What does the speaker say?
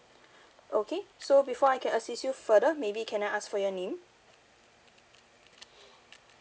okay so before I can assist you further maybe can I ask for your name